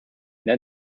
then